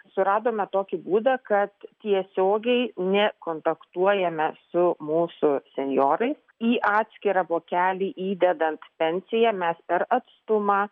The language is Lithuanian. suradome tokį būdą kad tiesiogiai nekontaktuojame su mūsų senjorais į atskirą vokelį įdedant pensiją mes per atstumą